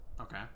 Okay